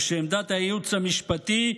ושעמדת הייעוץ המשפטי,